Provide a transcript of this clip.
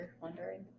wondering